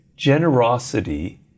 Generosity